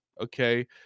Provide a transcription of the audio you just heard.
Okay